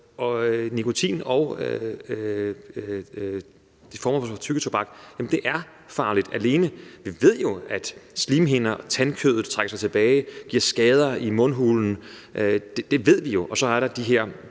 former for tyggetobak, der er, er farlige. Vi ved jo, at slimhinder påvirkes, og at tandkødet trækker sig tilbage, det giver skader i mundhulen, det ved vi jo.